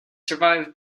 survived